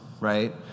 right